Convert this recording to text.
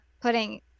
putting